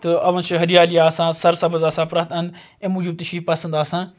تہٕ اتھ مَنٛز چھِ ہریالی آسان سرسبز آسان پرٛٮ۪تھ اَندٕ امہِ موٗجوٗب تہِ چھِ یہِ پَسَنٛد آسان